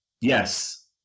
yes